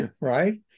Right